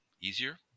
easier